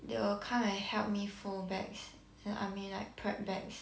they will come and help me fold bags the I mean like prep bags